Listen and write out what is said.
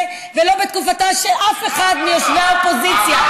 ולא בתקופתו של אף אחד מיושבי האופוזיציה.